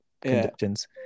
conditions